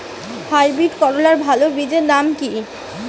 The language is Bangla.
হাইব্রিড করলার ভালো বীজের নাম কি?